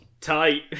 Tight